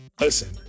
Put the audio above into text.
Listen